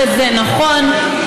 וזה נכון,